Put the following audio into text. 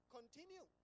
Continue